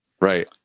right